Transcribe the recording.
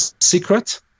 secret